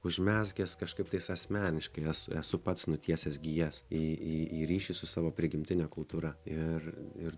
užmezgęs kažkaip tais asmeniškai es esu pats nutiesęs gijas į į į ryšį su savo prigimtine kultūra ir ir